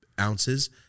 ounces